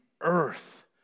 earth